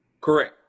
Correct